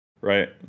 right